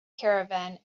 caravan